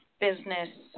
business